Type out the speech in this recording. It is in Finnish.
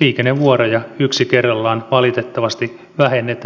liikennevuoroja yksi kerrallaan valitettavasti vähennetään